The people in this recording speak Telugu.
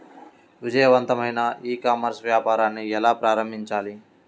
విజయవంతమైన ఈ కామర్స్ వ్యాపారాన్ని ఎలా ప్రారంభించాలి?